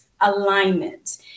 alignment